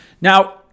Now